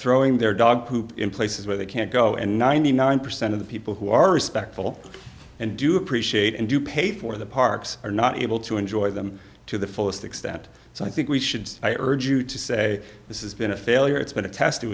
throwing their dog poop in places where they can't go and ninety nine percent of the people who are respectful and do appreciate and do paid for the parks are not able to enjoy them to the fullest extent so i think we should i urge you to say this is been a failure it's been a test it